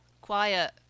quiet